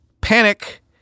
Panic